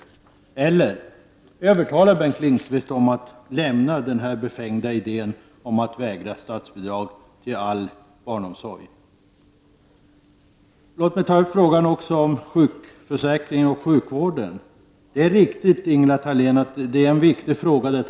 Alternativet är att övertala Bengt Lindqvist att slopa de befängda idéerna om att vägra statsbidrag till all barnomsorg. Låt mig också ta upp frågan om sjukförsäkring och sjukvård. Det är riktigt, Ingela Thalén, att livräntan är en viktig fråga.